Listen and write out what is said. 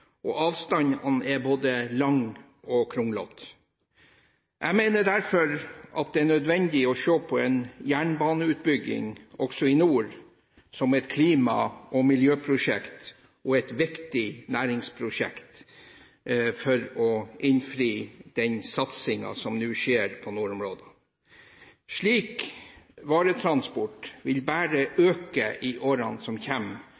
og avstandene er både lange og kronglete. Jeg mener derfor at det er nødvendig å se på en jernbaneutbygging også i nord som et klima- og miljøprosjekt, og et viktig næringsprosjekt for å innfri den satsingen som nå skjer på nordområdene. Slik varetransport vil bare øke i årene som